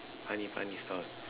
funny funny sto~